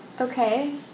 okay